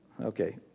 Okay